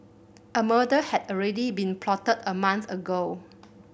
a murder had already been plotted a month ago